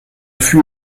fut